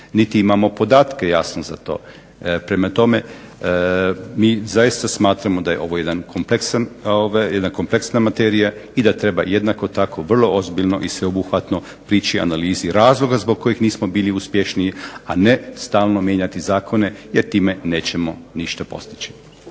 niti imamo podatke jasno za to. Prema tome, mi zaista smatramo da je ovo jedna kompleksna materija i da treba jednako tako vrlo ozbiljno i sveobuhvatno prići analizi razloga zbog kojih nismo bili uspješniji, a ne stalno mijenjati zakone jer time nećemo ništa postići.